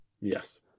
yes